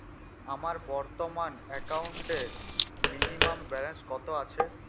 আমার বর্তমান একাউন্টে মিনিমাম ব্যালেন্স কত আছে?